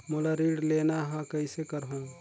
मोला ऋण लेना ह, कइसे करहुँ?